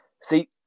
See